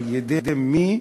על-ידי מי?